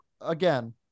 again